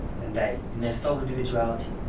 and they, in their sole individuality,